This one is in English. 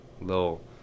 little